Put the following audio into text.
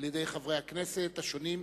על-ידי חברי הכנסת השונים.